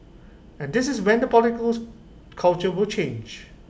and this is when the culture will change